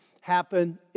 happen